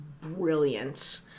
Brilliant